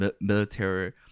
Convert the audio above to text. military